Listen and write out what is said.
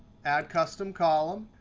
add custom column.